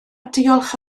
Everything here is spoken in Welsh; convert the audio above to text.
diolch